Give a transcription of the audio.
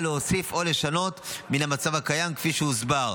להוסיף או לשנות מן המצב הקיים כפי שכבר הוסבר,